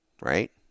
right